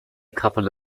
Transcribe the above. couple